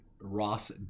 Ross